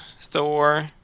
Thor